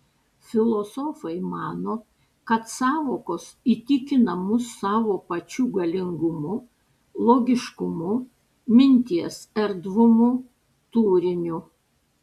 filosofai mano kad sąvokos įtikina mus savo pačių galingumu logiškumu minties erdvumu turiniu